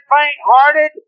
faint-hearted